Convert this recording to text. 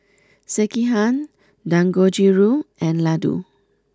Sekihan Dangojiru and Ladoo